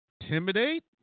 intimidate